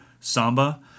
samba